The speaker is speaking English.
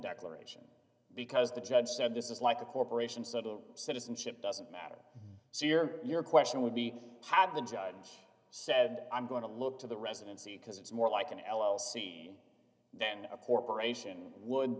declaration because the judge said this is like a corporation subtle citizenship doesn't matter so you're your question would be had the judge said i'm going to look to the residency because it's more like an l l c then a corporation would